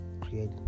create